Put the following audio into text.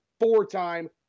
four-time